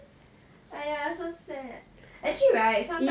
!aiya! so sad actually right sometimes